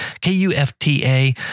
K-U-F-T-A